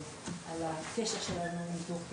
15:00 בנושא השפעת משבר האנרגיה בעולם על הקרן לאזרחי